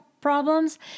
problems